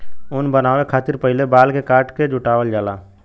ऊन बनावे खतिर पहिले बाल के काट के जुटावल जाला